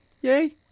Yay